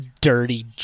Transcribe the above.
dirty